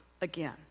again